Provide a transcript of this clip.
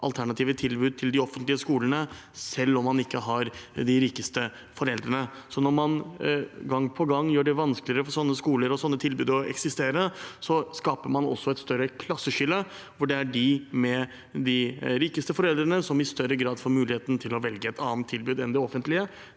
tilbud til de offentlige skolene selv om man ikke har de rikeste foreldrene. Når man gang på gang gjør det vanskeligere for slike skoler og tilbud å eksistere, skaper man også et større klasseskille hvor det er de med de rikeste foreldrene som i større grad får muligheten til å velge et annet tilbud enn det offentlige.